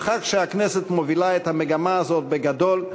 שהכנסת מובילה את המגמה הזאת בגדול,